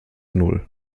null